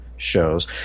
Shows